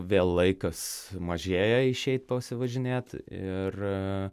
vėl laikas mažėja išeit pasivažinėt ir